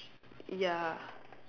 ya